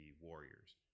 Warriors